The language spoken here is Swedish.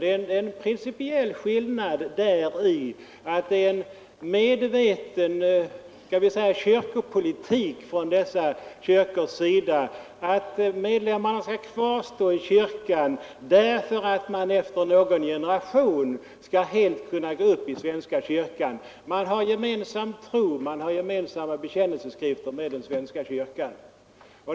Det är en medveten kyrkopolitik från dessa evangelisk-lutherska kyrkors sida att medlemmarna skall kvarstå i kyrkan därför att man efter någon generation skall helt kunna gå upp i svenska kyrkan. Man har samma tro och samma bekännelseskrifter som den svenska kyrkan.